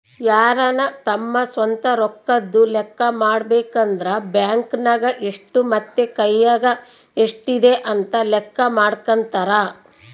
ಯಾರನ ತಮ್ಮ ಸ್ವಂತ ರೊಕ್ಕದ್ದು ಲೆಕ್ಕ ಮಾಡಬೇಕಂದ್ರ ಬ್ಯಾಂಕ್ ನಗ ಎಷ್ಟು ಮತ್ತೆ ಕೈಯಗ ಎಷ್ಟಿದೆ ಅಂತ ಲೆಕ್ಕ ಮಾಡಕಂತರಾ